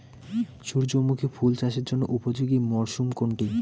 সূর্যমুখী ফুল চাষের জন্য উপযোগী মরসুম কোনটি?